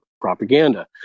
propaganda